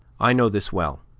i know this well,